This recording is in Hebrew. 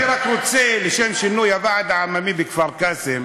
אני רק רוצה, לשם שינוי, הוועד העממי בכפר-קאסם